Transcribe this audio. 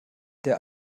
der